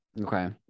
Okay